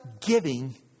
Giving